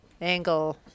angle